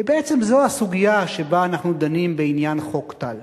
ובעצם זו הסוגיה שבה אנחנו דנים בעניין חוק טל.